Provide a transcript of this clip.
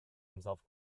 himself